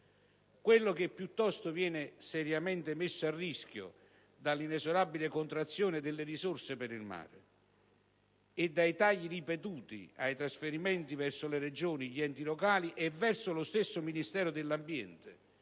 Quel che piuttosto viene seriamente messo a rischio dalla inesorabile contrazione delle risorse per il mare e dai tagli ripetuti ai trasferimenti verso le Regioni, gli enti locali e verso lo stesso Ministero dell'ambiente